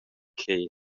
crer